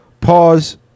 pause